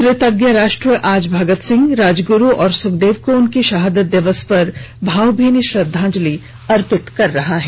कृतज्ञ राष्ट्र आज भगत सिंह राजगुरू और सुखदेव को उनके शहादत दिवस पर भावभीनी श्रद्वांजलि अर्पित कर रहा है